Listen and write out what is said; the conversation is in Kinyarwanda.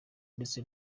ndetse